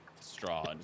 straw